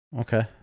Okay